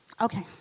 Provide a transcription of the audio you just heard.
Okay